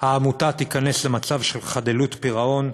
העמותה תיכנס למצב של חדלות פירעון,